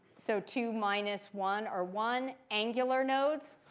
so two minus one or one. angular nodes?